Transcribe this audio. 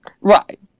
Right